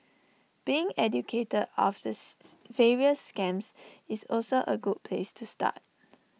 being educated of the various scams is also A good place to start